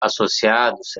associados